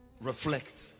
Reflect